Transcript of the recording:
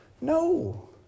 No